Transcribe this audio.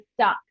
stuck